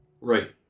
Right